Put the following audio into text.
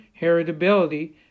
heritability